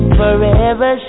forever